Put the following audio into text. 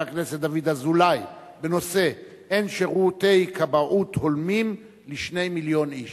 הכנסת דוד אזולאי בנושא: היעדר שירותי כבאות הולמים ל-2 מיליון איש.